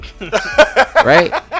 right